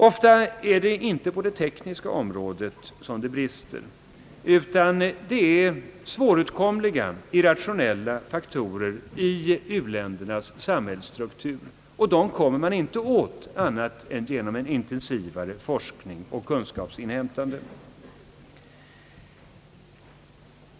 Ofta är det inte på det tekniska området som det brister, utan förklaringen till misslyckandena ligger som regel i för oss svåråtkomliga irrationella faktorer i u-ländernas samhällsstruktur. Dessa faktorer kommer man inte åt på annat sätt än genom en effektivare forskning och ett ökat kunskapsinhämtande.